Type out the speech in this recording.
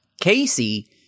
Casey